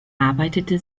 arbeitete